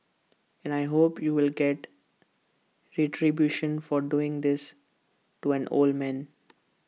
and I hope you will get retribution for doing this to an old man